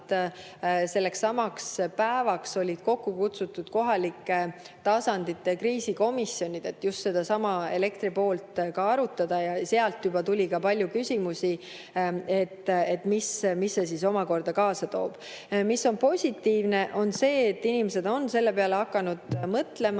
selleks samaks päevaks kokku kutsutud kohalike tasandite kriisikomisjonid, et just sedasama elektri [probleemi] arutada, ja ka sealt tuli palju küsimusi, et mis see omakorda kaasa toob. Positiivne on see, et inimesed on selle peale hakanud mõtlema.